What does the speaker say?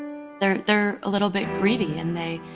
they're, they're a little bit greedy and they,